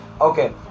Okay